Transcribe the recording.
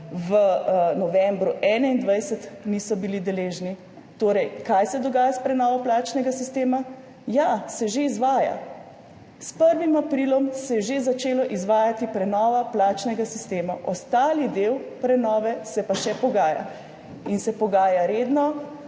v novembru 2021 niso bili deležni. Torej, kaj se dogaja s prenovo plačnega sistema? Ja, se že izvaja. S 1. aprilom se je že začela izvajati prenova plačnega sistema, ostali del prenove se pa še pogaja in se pogaja redno,